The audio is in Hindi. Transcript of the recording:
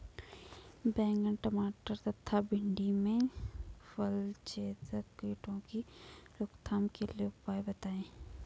बैंगन टमाटर तथा भिन्डी में फलछेदक कीटों की रोकथाम के उपाय बताइए?